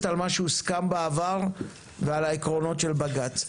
על מה שהוסכם בעבר ועל העקרונות של בג"צ.